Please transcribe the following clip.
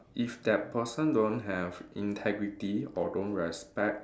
if that person don't have integrity or don't respect